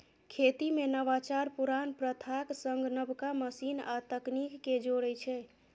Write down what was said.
खेती मे नवाचार पुरान प्रथाक संग नबका मशीन आ तकनीक कें जोड़ै छै